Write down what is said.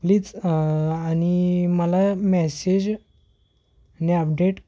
please आणि मला message ने अपडेट